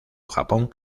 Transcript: japón